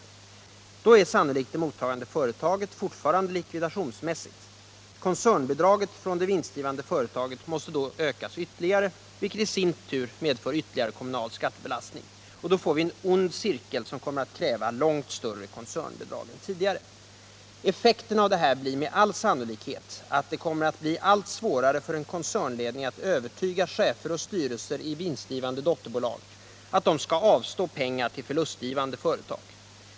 Sannolikt kommer det mottagande företaget då att fortfarande vara likvidationsmässigt. Koncernbidraget från det vinstgivande företaget måste då ökas, vilket i sin tur medför ytterligare kommunalskatt. Vi får en ond cirkel, som kommer att kräva långt större koncernbidrag än tidigare. Effekten av detta blir med all sannolikhet att det kommer att bli allt svårare för en koncernledning att övertyga chefer och styrelser i vinstgivande dotterbolag om att de skall avstå pengar till förlustgivande dotterbolag.